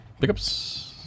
Pickups